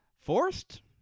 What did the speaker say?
forced